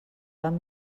van